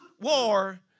war